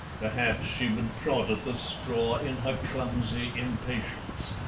perhaps she would prod at the straw in her clumsy impatience.